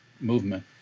movement